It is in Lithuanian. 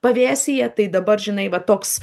pavėsyje tai dabar žinai va toks